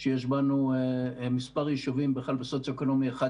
יש לנו מספר יישובים במצב סוציו-אקונומי 2-1,